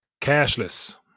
cashless